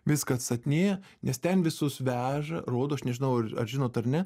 viską atstatinėja nes ten visus veža rodo aš nežinau ar žinot ar ne